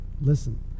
listen